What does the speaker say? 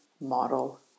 model